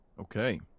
Okay